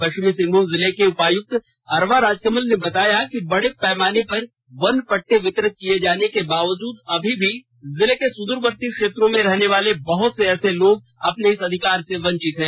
पष्चिमी सिंहभूम जिले के उपायुक्त अरवा राजकमल ने बताया कि बड़े पैमाने पर वन पट्टे वितरित किए जाने के बावजूद अभी भी जिले को सुद्रवर्ती क्षेत्रों में रहने वाले बहुत से ऐसे लोग अपने इस अधिकार से वंचित हैं